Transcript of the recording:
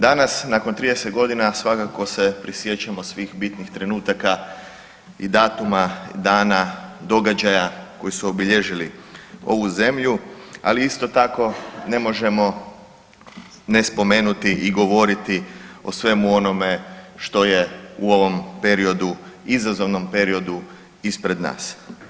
Danas nakon 30.g. svakako se prisjećamo svih bitnih trenutaka i datuma, dana, događaja koji su obilježili ovu zemlju, ali isto tako ne možemo ne spomenuti i govoriti o svemu onome što je u ovom periodu, izazovnom periodu ispred nas.